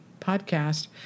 podcast